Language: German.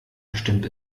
bestimmt